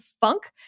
Funk